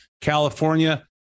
California